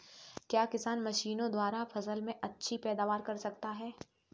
क्या किसान मशीनों द्वारा फसल में अच्छी पैदावार कर सकता है?